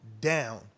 down